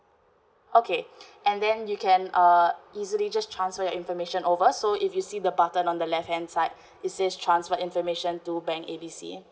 okay and then you can uh easily just transfer your information over so if you see the button on the left hand side it says transfer information to bank A B C